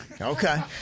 Okay